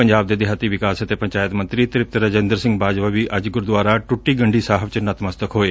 ਪੰਜਾਬ ਦੇ ਦਿਹਾਤੀ ਵਿਕਾਸ ਅਤੇ ਪੰਚਾਇਤ ਮੰਤਰੀ ਤ੍ਰਿਪਤ ਰਾਜਿੰਦਰ ਸਿੰਘ ਬਾਜਵਾ ਵੀ ਅੱਜ ਗੁਰਦੁਆਰਾ ਟੁੱਟੀ ਗੰਢੀ ਸਾਹਿਬ 'ਚ ਨਤਮਸਤਕ ਹੋਏ